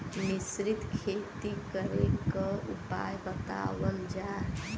मिश्रित खेती करे क उपाय बतावल जा?